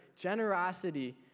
generosity